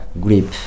grip